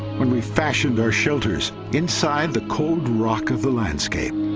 when we fashioned our shelters inside the cold rock of the landscape